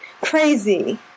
Crazy